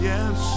Yes